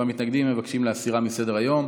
והמתנגדים מבקשים להסירה מסדר-היום.